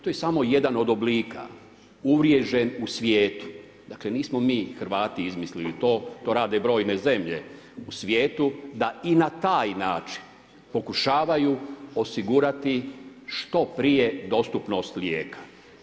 To je samo jedan oblika uvriježen u svijetu, dakle nismo mi Hrvati izmislili to, to rade brojne zemlje u svijetu da i na taj način pokušavaju osigurati što prije dostupnost lijeka.